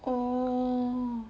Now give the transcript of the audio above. orh